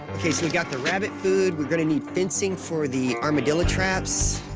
okay, so we got the rabbit food. we're gonna need fencing for the armadillo traps.